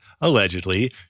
allegedly